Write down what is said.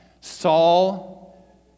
Saul